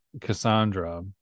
Cassandra